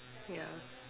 ya